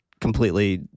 completely